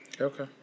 Okay